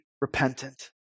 repentant